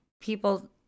people